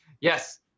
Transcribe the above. Yes